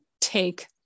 take